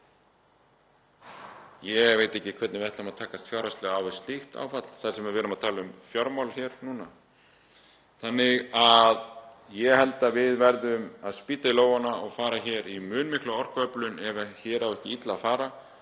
Ég veit ekki hvernig við ætlum að takast fjárhagslega á við slíkt áfall, þar sem við erum að tala um fjármál núna. Ég held að við verðum að spýta í lófana og fara í mjög mikla orkuöflun ef hér á ekki illa að fara